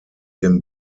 dem